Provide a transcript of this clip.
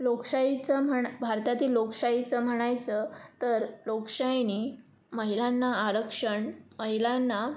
लोकशाहीचं म्हणा भारतातील लोकशाहीचं म्हणायचं तर लोकशाहीनी महिलांना आरक्षण महिलांना